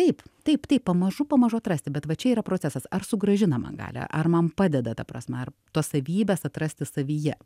taip taip taip pamažu pamažu atrasti bet va čia yra procesas ar sugrąžina man galią ar man padeda ta prasme ar tos savybės atrasti savyje